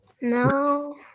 No